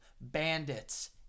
bandits